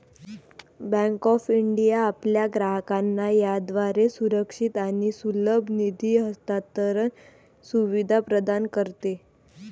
bank of India आपल्या ग्राहकांना याद्वारे सुरक्षित आणि सुलभ निधी हस्तांतरण सुविधा प्रदान करते